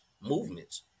movements